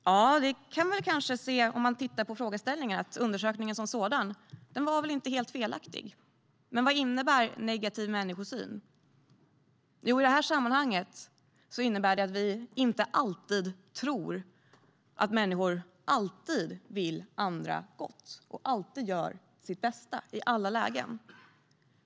Om man tittar på frågeställningen kan man kanske se att undersökningen som sådan inte var helt felaktig. Men vad innebär "negativ människosyn"? I det här sammanhanget innebär det att vi inte alltid tror att människor alltid vill andra gott och alltid gör sitt bästa i alla lägen.